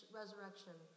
resurrection